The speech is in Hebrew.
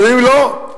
אז אומרים: לא,